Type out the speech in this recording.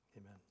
Amen